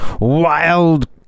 wild